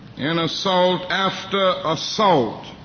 and assault after assault,